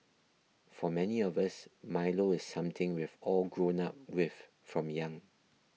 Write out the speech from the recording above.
for many of us Milo is something we've all grown up with from young